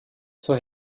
zur